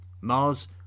Mars